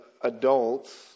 adults